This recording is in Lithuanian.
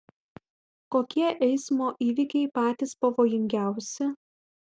kokie eismo įvykiai patys pavojingiausi